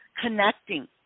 connecting